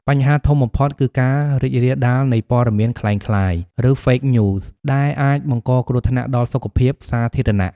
បញ្ហាធំបំផុតគឺការរីករាលដាលនៃព័ត៌មានក្លែងក្លាយ ឬ Fake News ដែលអាចបង្កគ្រោះថ្នាក់ដល់សុខភាពសាធារណៈ។